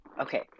okay